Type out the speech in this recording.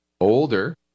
Older